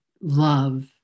love